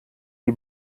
die